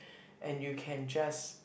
and you can just